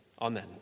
amen